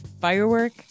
Firework